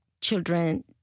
children